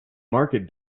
market